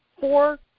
four